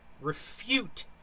refute